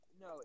No